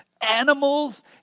animals